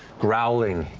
growling,